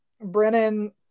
Brennan